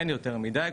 אין יותר מידי.